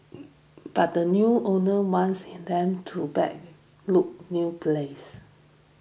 but the new owner wants he them to back look new place